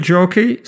Jockey